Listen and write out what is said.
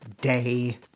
day